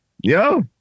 Yo